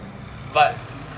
but